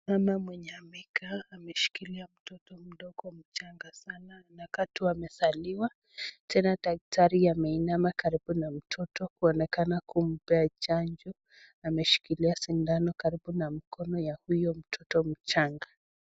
Mama mwenye amekaa na ameshikilia mtoto mdogo mchanga sana wakati amezaliwa, tena Daktari ameinama karibu na mtoto kumpea chajo na ameshikilia sindano karibu na mkono ya huyo mtoto mchanga.